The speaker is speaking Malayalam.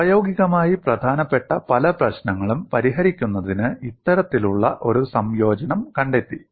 പ്രായോഗികമായി പ്രധാനപ്പെട്ട പല പ്രശ്നങ്ങളും പരിഹരിക്കുന്നതിന് ഇത്തരത്തിലുള്ള ഒരു സംയോജനം കണ്ടെത്തി